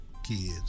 kids